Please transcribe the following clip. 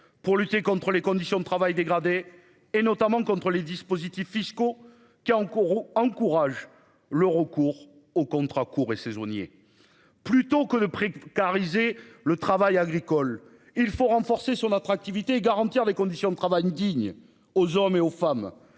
pour lutter contre les conditions de travail dégradées et notamment contre les dispositifs fiscaux qui encore encourage le recours aux contrats courts et saisonniers. Plutôt que le précariser le travail agricole il faut renforcer son attractivité et garantir des conditions de travail dignes aux hommes et aux femmes